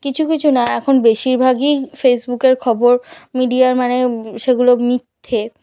কিছু কিছু না এখন বেশিরভাগই ফেসবুকের খবর মিডিয়ার মানে সেগুলো মিথ্যে